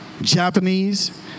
Japanese